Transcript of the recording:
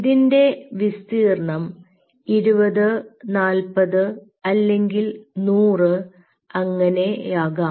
ഇതിൻറെ വിസ്തീർണ്ണം 20 40 അല്ലെങ്കിൽ 100 അങ്ങനെയാകാം